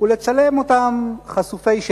ולצלם אותם חשופי שת,